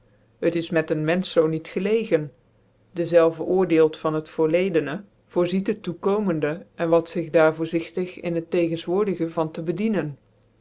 het is mee een menfeh zoo niet gelegen dezelve oordeelt van het voorledcne voorzie het toekomende en wat zig daar voorzigtig in het tegenswoordige van tc bedienen